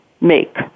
make